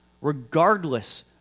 regardless